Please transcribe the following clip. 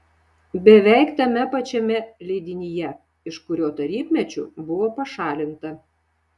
beveik tame pačiame leidinyje iš kurio tarybmečiu buvo pašalinta